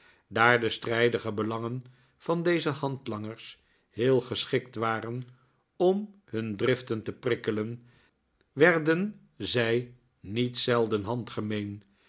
daar de strijdige belangen van deze handlangers heel geschikt waren om hun driften te prikkelen werden zij niet